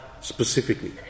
specifically